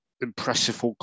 impressive